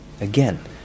again